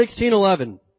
1611